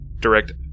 direct